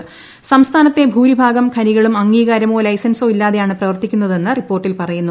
സ്ട്സ്ഥാന്ത്തെ ഭൂരിഭാഗം ഖനികളും അംഗീകാരമോ ലൈസൻസസോ ഇല്ലാതെയാണ് പ്രവർത്തിക്കുന്നതെന്ന് റിപ്പോർട്ടിൽ പറയുന്നു